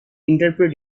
interpret